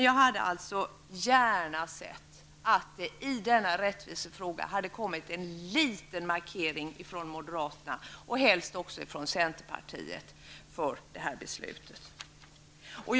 Jag hade alltså gärna sett att det i denna rättvisefråga hade kommit en liten markering från moderaterna, helst också från centerpartiet för detta beslut.